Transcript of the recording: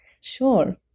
Sure